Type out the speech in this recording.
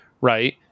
right